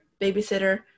babysitter